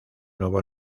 nuevo